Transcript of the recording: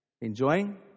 enjoying